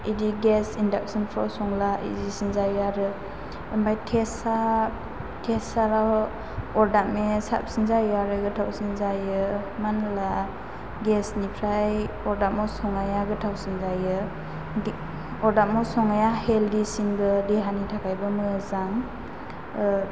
इदि गेस इन्दाकसोन फ्राव संबा इजि सिन जायो आरो ओमफ्राय तेस्ता अरदाबनियाव साबसिन जायो आरो गोथावसिन जायो मानो होनब्ला गेस निफ्राय अरदाबाव संनाया गोथावसिन जायो अरदाबाव संनाया हेल्दि सिनबो देहानि थाखायबो मोजां